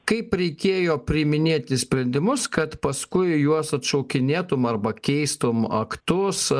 kai reikėjo priiminėti sprendimus kad paskui juos atšaukinėtum arba keistum aktus